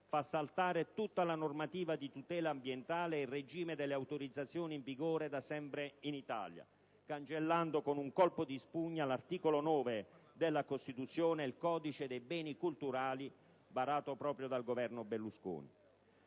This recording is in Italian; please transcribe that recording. fa saltare tutta la normativa di tutela ambientale e il regime delle autorizzazioni in vigore da sempre in Italia, cancellando con un colpo di spugna l'articolo 9 della Costituzione e il codice dei beni culturali, varato proprio dal Governo Berlusconi.